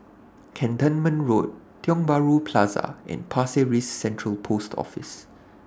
Cantonment Road Tiong Bahru Plaza and Pasir Ris Central Post Office